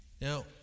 Now